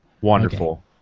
Wonderful